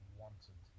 wanted